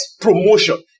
promotion